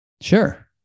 Sure